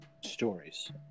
stories